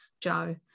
joe